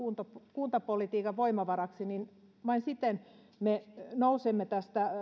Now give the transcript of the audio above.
kuntapolitiikan voimavaraksi vain siten me nousemme tästä